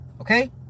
okay